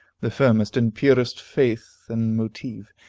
the firmest and purest faith and motive,